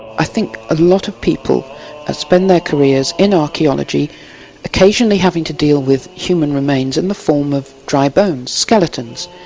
i think a lot of people ah spend their careers in archaeology occasionally having to deal with human remains in the form of dry bones, skeletons.